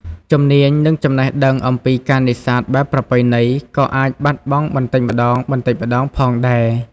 ជំនាញ និងចំណេះដឹងអំពីការនេសាទបែបប្រពៃណីក៏អាចបាត់បង់បន្តិចម្តងៗផងដែរ។